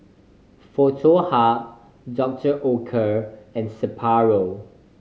Foto Hub Dr Oetker and Sapporo